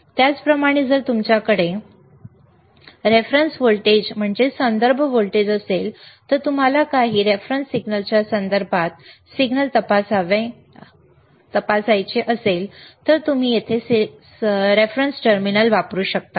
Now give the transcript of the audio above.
त्याचप्रमाणे जर तुमच्याकडे संदर्भ व्होल्टेज असेल आणि तुम्हाला काही संदर्भ सिग्नलच्या संदर्भात सिग्नल तपासायचा असेल तर तुम्ही येथे संदर्भ टर्मिनल वापरू शकता